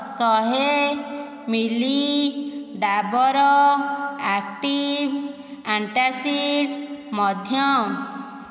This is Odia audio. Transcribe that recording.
ଶହେ ମିଲି ଡାବର୍ ଆକ୍ଟିଭ୍ ଆଣ୍ଟାସିଡ଼୍ ମଧ୍ୟ